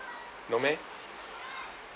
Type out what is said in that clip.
no meh